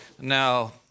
Now